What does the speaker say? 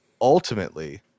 ultimately